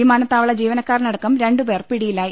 വിമാനത്താ വള ജീവനക്കാരനടക്കം രണ്ടുപേർ പിടിയിലായി